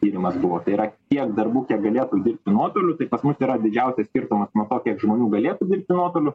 tyrimas buvo tai yra tiek darbų kiek galėtų dirbti modeliu tai pas mus yra didžiausias skirtumas nuo to kiek žmonių galėtų dirbti nuotoliu